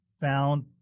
found